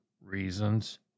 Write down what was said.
reasons